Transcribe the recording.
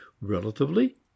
relatively